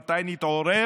מתי נתעורר?